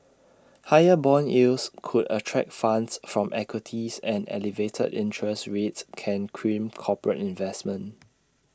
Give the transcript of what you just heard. higher Bond yields could attract funds from equities and elevated interest rates can crimp corporate investment